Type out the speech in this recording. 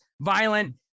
violent